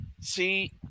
See